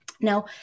Now